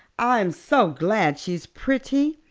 i'm so glad she's pretty.